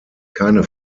keine